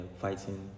fighting